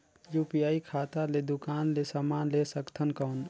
UPI खाता ले दुकान ले समान ले सकथन कौन?